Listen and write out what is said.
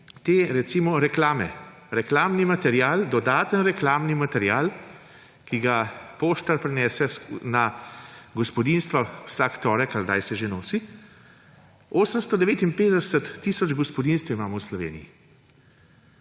tudi reklame, reklamni material, dodatni reklamni material, ki ga poštar prinese v gospodinjstva vsak torek, ali kdaj se že nosi. 859 tisoč gospodinjstev imamo v Sloveniji.